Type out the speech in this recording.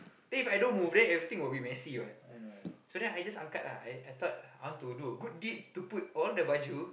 then if I don't move then everything will be messy what so then I just angkat I I thought I want to do a good deed to put all the baju